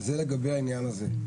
זה לגבי העניין הזה.